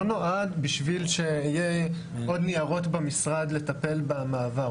לא נועד בשביל שיהיה עוד ניירות במשרד לטפל במעבר.